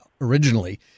originally